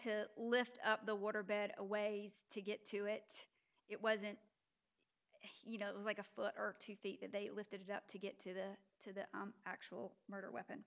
to lift up the waterbed a way to get to it it wasn't you know it was like a foot or two feet and they lifted it up to get to the to the actual murder weapon